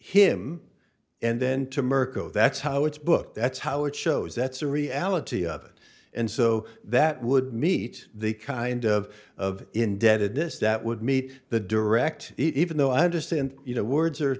him and then to mirco that's how it's book that's how it shows that's the reality of it and so that would meet the kind of of indebtedness that would meet the direct even though i understand you know words are